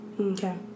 Okay